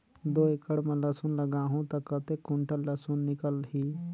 दो एकड़ मां लसुन लगाहूं ता कतेक कुंटल लसुन निकल ही?